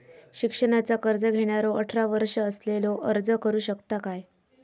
शिक्षणाचा कर्ज घेणारो अठरा वर्ष असलेलो अर्ज करू शकता काय?